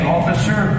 Officer